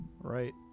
right